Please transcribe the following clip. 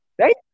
right